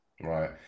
Right